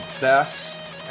best